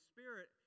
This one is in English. Spirit